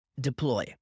deploy